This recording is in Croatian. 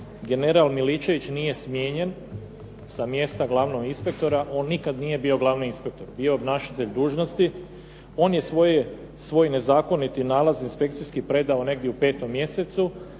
General Miličević nije smijenjen sa mjesta glavnog inspektora. On nikada nije bio glavni inspektor. Bio je obnašatelj dužnosti. On je svoj nezakoniti nalaz inspekcijski predao negdje u 5. mjesecu,